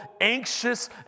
anxious